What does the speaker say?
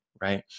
Right